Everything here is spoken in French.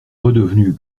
redevenu